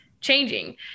changing